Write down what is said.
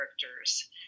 characters